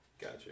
Gotcha